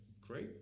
great